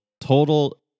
Total